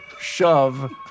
shove